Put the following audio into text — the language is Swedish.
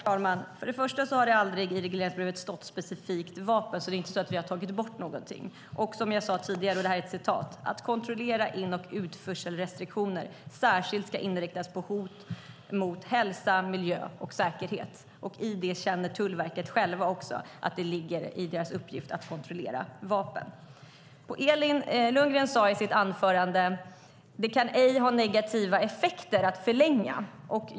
Herr talman! Först och främst har det aldrig i regleringsbrevet stått specifikt "vapen", så vi har inte tagit bort något. Som jag sade tidigare - det är ett citat: "Kontroller av in och utförselrestriktioner ska särskilt inriktas på hot mot hälsa, miljö och säkerhet." I det känner Tullverket att det är deras uppgift att kontrollera vapen. Elin Lundgren sade i sitt anförande att det inte kan ha negativa effekter att förlänga.